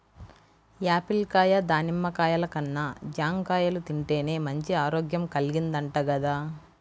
Apple కాయ, దానిమ్మ కాయల కన్నా జాంకాయలు తింటేనే మంచి ఆరోగ్యం కల్గిద్దంట గదా